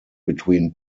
between